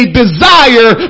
desire